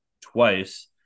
twice